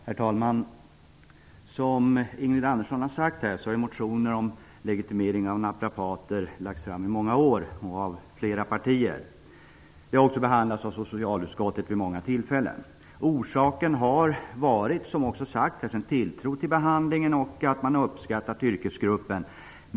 Herr talman! Som Ingrid Andersson har sagt har motioner om legitimering av naprapater lagts fram i många år och av flera partier. Förslaget har också behandlats av socialutskottet vid många tillfällen. Orsaken har varit, som också sagts, en tilltro till behandlingen och att man har uppskattat yrkesgruppen.